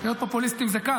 להיות פופוליסטים זה קל,